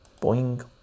boing